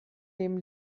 dem